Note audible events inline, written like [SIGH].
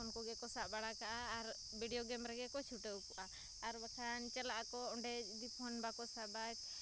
ᱯᱷᱳᱱᱠᱚᱜᱮᱠᱚ ᱥᱟᱵ ᱵᱟᱲᱟᱠᱟᱜᱼᱟ ᱟᱨ ᱵᱤᱰᱤᱭᱳ ᱜᱮᱢ ᱨᱮᱜᱮᱠᱚ ᱪᱷᱩᱴᱟᱹᱣᱠᱚᱜᱼᱟ ᱟᱨ ᱵᱟᱠᱷᱟᱱ ᱪᱟᱞᱟᱜ ᱟᱠᱚ ᱚᱸᱰᱮ [UNINTELLIGIBLE] ᱯᱷᱳᱱ ᱵᱟᱠᱚ ᱥᱟᱵᱟ